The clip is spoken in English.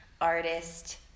artist